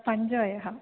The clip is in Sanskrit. पञ्चवयः